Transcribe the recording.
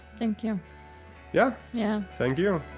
thank you yeah? yeah thank you